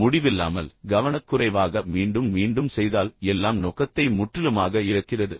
எனவே முடிவில்லாமல் கவனக்குறைவாக மீண்டும் மீண்டும் செய்தால் எல்லாம் நோக்கத்தை முற்றிலுமாக இழக்கிறது